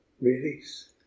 release